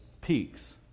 peaks